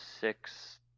six